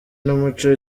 n’umuco